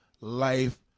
life